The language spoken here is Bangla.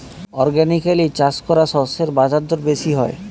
অর্গানিকালি চাষ করা শস্যের বাজারদর বেশি হয়